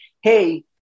hey